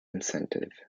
incentive